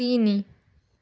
ତିନି